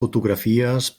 fotografies